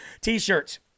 t-shirts